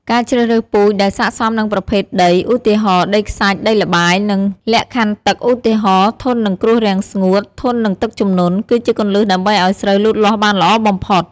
ការជ្រើសរើសពូជដែលស័ក្តិសមនឹងប្រភេទដី ឧទាហរណ៍ ដីខ្សាច់ ដីល្បាយ និងលក្ខខណ្ឌទឹក ឧទាហរណ៍ ធន់នឹងគ្រោះរាំងស្ងួត ធន់នឹងទឹកជំនន់ គឺជាគន្លឹះដើម្បីឱ្យស្រូវលូតលាស់បានល្អបំផុត។